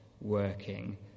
working